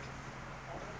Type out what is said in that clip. அங்கஒரு:anka oru study room